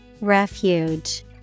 Refuge